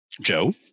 Joe